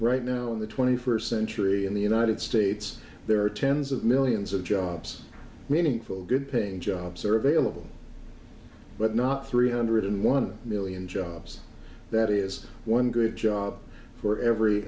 right now in the twenty first century in the united states there are tens of millions of jobs meaningful good paying jobs are available but not three hundred and one million jobs that is one good job for every